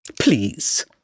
Please